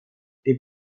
die